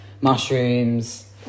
mushrooms